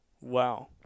Wow